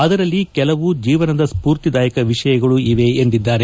ಅದರಲ್ಲಿ ಕೆಲವು ಜೀವನದ ಸ್ವೂರ್ತಿದಾಯಕ ವಿಷಯಗಳೂ ಇವೆ ಎಂದಿದ್ದಾರೆ